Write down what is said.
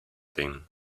then